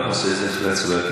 דב, בבקשה, הבעת דעה, דקה